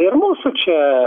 ir mūsų čia